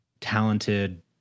talented